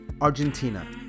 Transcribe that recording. Argentina